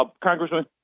Congressman